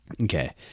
okay